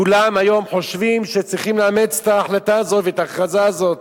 כולם היום חושבים שצריכים לאמץ את ההחלטה הזאת ואת ההכרזה הזאת.